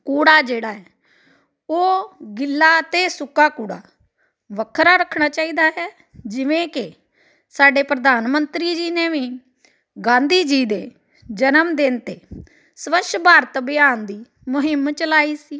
ਕੂੜਾ ਜਿਹੜਾ ਹੈ ਉਹ ਗਿੱਲਾ ਅਤੇ ਸੁੱਕਾ ਕੂੜਾ ਵੱਖਰਾ ਰੱਖਣਾ ਚਾਹੀਦਾ ਹੈ ਜਿਵੇਂ ਕਿ ਸਾਡੇ ਪ੍ਰਧਾਨ ਮੰਤਰੀ ਜੀ ਨੇ ਵੀ ਗਾਂਧੀ ਜੀ ਦੇ ਜਨਮਦਿਨ 'ਤੇ ਸਵੱਛ ਭਾਰਤ ਅਭਿਆਨ ਦੀ ਮੁਹਿੰਮ ਚਲਾਈ ਸੀ